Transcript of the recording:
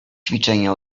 ćwiczenie